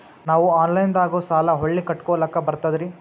ನಾವು ಆನಲೈನದಾಗು ಸಾಲ ಹೊಳ್ಳಿ ಕಟ್ಕೋಲಕ್ಕ ಬರ್ತದ್ರಿ?